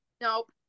Nope